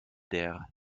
der